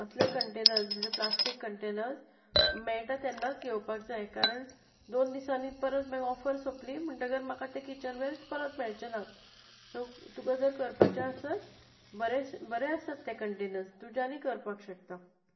असले कंटेनर्स म्हणजे plastic containers मेळटा तेन्नाच घेवपाक जाय कारण दोन दिसांनी परत मागीर ऑफर सोंपली म्हणटकच म्हाका तें किचनवेअरच परत मेळचे नात सो तुका जर करपाचें आसत बरें बरें आसा ते कंटेनर्स तुज्यानय करपाक शकता